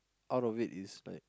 out of it is like